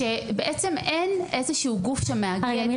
שאין איזה גוף שמאגד --- (אומרת דברים בשפת הסימנים,